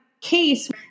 case